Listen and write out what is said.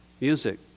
Music